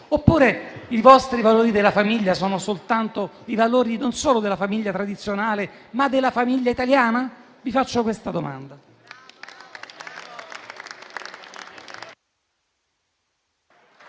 Oppure i vostri valori della famiglia sono quelli, non soltanto della famiglia tradizionale, ma della famiglia italiana? Vi rivolgo questa domanda.